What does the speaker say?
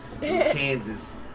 Kansas